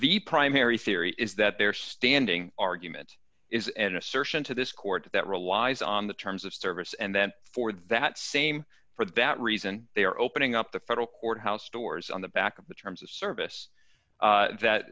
the primary theory is that their standing argument is an assertion to this court that relies on the terms of service and then for that same for that reason they are opening up the federal courthouse doors on the back of the terms of service that